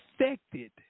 affected